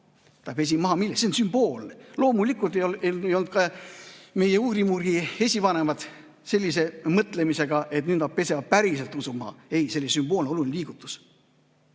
Ta pesi maha mille? See oli sümboolne. Loomulikult ei olnud meie ugrimugri esivanemad sellise mõtlemisega, et nüüd nad pesevad päriselt usu maha. Ei, see oli sümboolne, oluline liigutus.